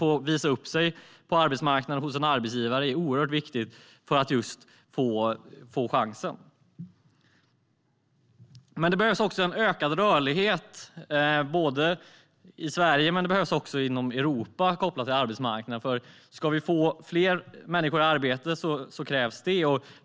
Att få visa upp sig på arbetsmarknaden hos en arbetsgivare är oerhört viktigt för att få chansen. Det behövs en ökad rörlighet både i Sverige och inom Europa kopplat till arbetsmarknaden. Det krävs om vi ska få fler människor i arbete.